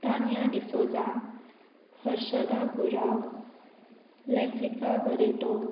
Tania D'Souza Harshada Gurav Lensika Barreto